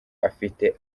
afite